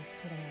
today